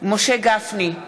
משה גפני,